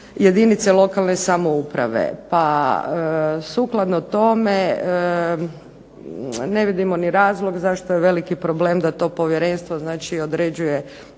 jedinice lokalne samouprave, pa sukladno tome ne vidimo ni razlog zašto je veliki problem da to povjerenstvo, znači određuje